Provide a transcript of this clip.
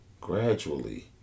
gradually